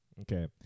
Okay